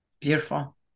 Beautiful